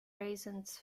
reasons